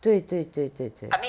对对对对对